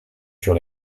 sur